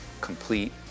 complete